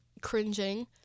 cringing